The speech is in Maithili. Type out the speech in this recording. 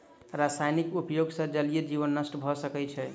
रासायनिक उपयोग सॅ जलीय जीवन नष्ट भ सकै छै